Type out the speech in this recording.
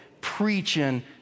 preaching